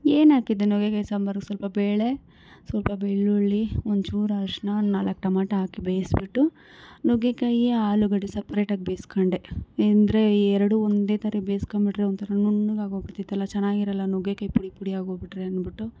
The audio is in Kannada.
ಏನು ಹಾಕಿದ್ದೆ ನುಗ್ಗೆಕಾಯಿ ಸಾಂಬರ್ಗೆ ಸ್ವಲ್ಪ ಬೇಳೆ ಸ್ವಲ್ಪ ಬೆಳ್ಳುಳ್ಳಿ ಒಂಚೂರು ಅರಿಶ್ನ ಒಂದು ನಾಲ್ಕು ಟೊಮಾಟೋ ಹಾಕಿ ಬೇಯಿಸಿಬಿಟ್ಟು ನುಗ್ಗೆಕಾಯಿ ಆಲೂಗಡ್ಡೆ ಸಪ್ರೇಟಾಗಿ ಬೇಯಿಸಿಕೊಂಡೆ ಅಂದರೆ ಎರಡೂ ಒಂದೇ ತರ ಬೇಯಿಸಿಕೊಂಬಿಟ್ರೆ ಒಂಥರ ನುಣ್ಣಗಾಗೋಗಿಬಿಡ್ತಿತ್ತಲ್ಲ ಚೆನ್ನಾಗಿರೋಲ್ಲ ನುಗ್ಗೆಕಾಯಿ ಪುಡಿ ಪುಡಿ ಆಗೋಗ್ಬಿಟ್ರೆ ಅಂದ್ಬಿಟ್ಟು